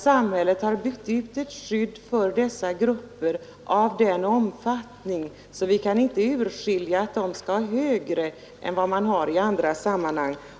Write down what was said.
Samhället har byggt ut ett skydd för dessa grupper av sådan omfattning att vi inte kan se att de bör få högre belopp än vad som utgår i andra sammanhang.